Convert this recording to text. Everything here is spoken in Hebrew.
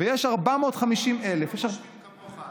ויש 450,000, הם לא חושבים כמוך.